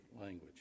language